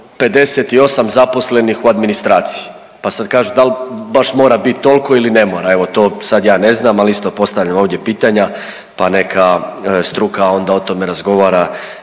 58 zaposlenih u administraciji pa sad kažu da li baš mora biti toliko ili ne mora. Evo sad ja ne znam, ali isto postavljam ovdje pitanja pa neka struka onda o tome razgovara